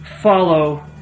follow